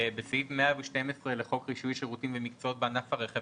בסעיף 112 לחוק רישוי שירותים ומקצועות בענף הרכב